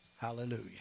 Hallelujah